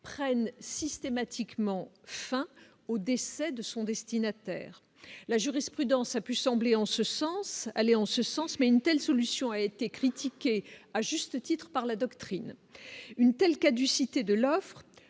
prennent systématiquement, enfin, au décès de son destinataire, la jurisprudence a pu sembler en ce sens, aller en ce sens, mais une telle solution a été critiqué, à juste titre par la doctrine une telle caducité Deloffre